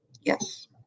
Yes